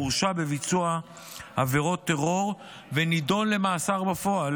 הורשע בביצוע עבירות טרור ונידון למאסר בפועל,